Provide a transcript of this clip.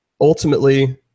ultimately